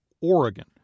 Oregon